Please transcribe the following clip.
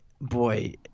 Boy